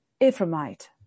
Ephraimite